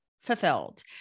fulfilled